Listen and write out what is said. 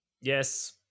Yes